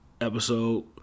episode